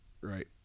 Right